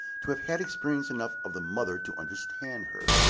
to have had experience enough of the mother to understand her.